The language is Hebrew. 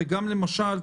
וגם למשל,